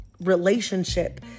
relationship